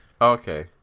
Okay